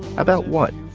about what?